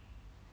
mm